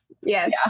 Yes